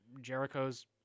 Jericho's